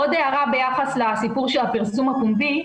עוד הערה ביחס לפרסום הפומבי.